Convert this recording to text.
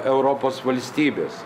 europos valstybės